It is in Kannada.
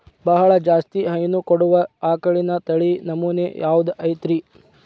ಬಹಳ ಜಾಸ್ತಿ ಹೈನು ಕೊಡುವ ಆಕಳಿನ ತಳಿ ನಮೂನೆ ಯಾವ್ದ ಐತ್ರಿ?